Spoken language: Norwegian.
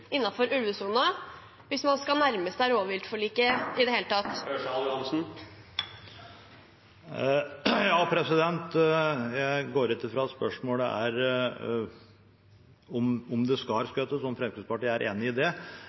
innenfor ulvesonen hvis man i det hele tatt skal nærme seg rovviltforliket. Ørsal Johansen – vær så god. Jeg går ut fra at spørsmålet er om Fremskrittspartiet er enig i at det